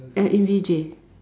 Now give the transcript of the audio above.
uh in V_J